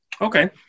Okay